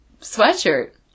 sweatshirt